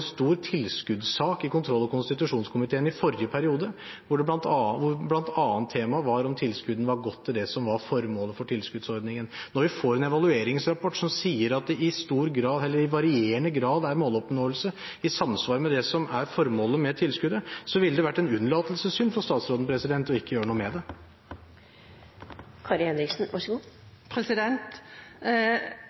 stor tilskuddssak i kontroll- og konstitusjonskomiteen i forrige periode, hvor bl.a. temaet var om tilskuddene hadde gått til det som var formålet med tilskuddsordningen. Når vi får en evalueringsrapport som sier at det i varierende grad er måloppnåelse i samsvar med det som er formålet med tilskuddet, ville det vært en unnlatelsessynd for statsråden ikke å gjøre noe med det.